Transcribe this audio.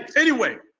anyway,